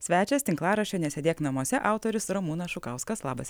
svečias tinklaraščio nesėdėk namuose autorius ramūnas žukauskas labas